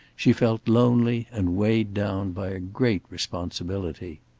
she felt lonely and weighed down by a great responsibility.